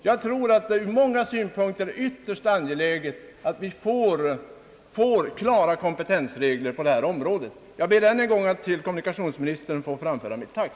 Jag tror att det ur många synpunkter är ytterst angeläget att vi får klara kompetensregler på det här området. Jag ber att än en gång till kommunikationsministern få framföra mitt tack.